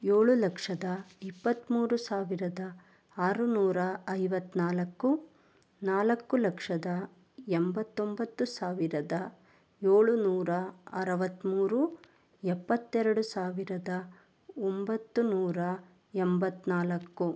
ಏಳು ಲಕ್ಷದ ಇಪ್ಪತ್ಮೂರು ಸಾವಿರದ ಆರುನೂರ ಐವತ್ನಾಲ್ಕು ನಾಲ್ಕು ಲಕ್ಷದ ಎಂಬತ್ತೊಂಬತ್ತು ಸಾವಿರದ ಏಳುನೂರ ಅರವತ್ಮೂರು ಎಪ್ಪತ್ತೆರಡು ಸಾವಿರದ ಒಂಬತ್ತು ನೂರ ಎಂಬತ್ನಾಲ್ಕು